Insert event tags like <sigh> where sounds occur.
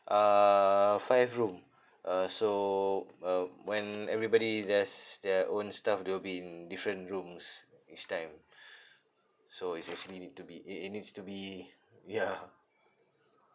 uh five room uh so uh when everybody does their own stuff they will be in different rooms each time <breath> so it's actually need to be i~ it needs to be yeah <laughs>